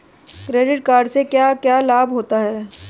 Credit card से क्या क्या लाभ होता है?